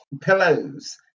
pillows